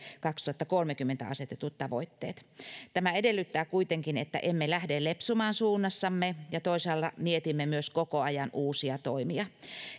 kaksituhattakolmekymmentä asetetut tavoitteet tämä edellyttää kuitenkin että emme lähde lipsumaan suunnassamme ja toisaalta mietimme myös koko ajan uusia toimia